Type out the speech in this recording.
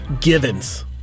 Givens